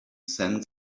sensed